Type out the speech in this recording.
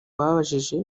babajije